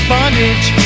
Bondage